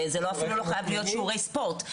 זה אפילו לא חייב להיות שיעורי ספורט,